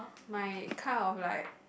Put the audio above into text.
my kind of like